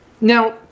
Now